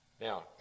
Now